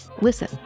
listen